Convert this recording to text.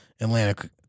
Atlantic